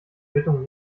quittung